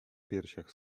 piersiach